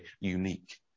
unique